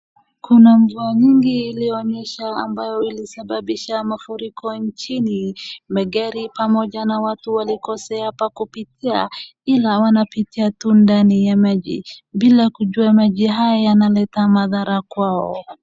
Kuna mvua nyingi iliyonyesha ambayo ilisababisha mafuriko nchini. Magari pamoja na watu walikosea pakupitia ila wanapitia tu ndani maji bila kujua maji haya yanaleta madhara kwao.